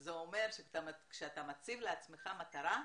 זה אומר שכשאתה מציב לעצמך מטרה,